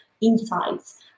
insights